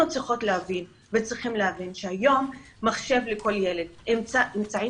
אנחנו צריכים להבין שהיום מחשב לכל ילד ואמצעים